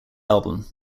album